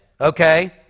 okay